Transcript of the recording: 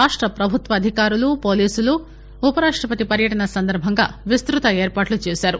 రాష్ట పభుత్వ అధికారులు పోలీసులు ఉపరాష్టపతి పర్యటన సందర్భంగా విస్తృత ఏర్పాట్లు చేశారు